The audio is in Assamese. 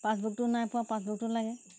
পাছবুকটো নাই পোৱা পাছবুকটো লাগে